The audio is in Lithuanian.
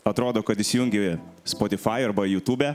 atrodo kad įsijungi spotifai arba jutube